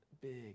big